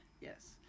Yes